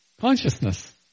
consciousness